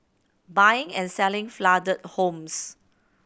buying and selling flooded homes